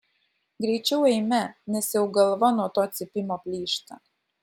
greičiau eime nes jau galva nuo to cypimo plyšta